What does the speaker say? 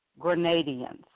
Grenadians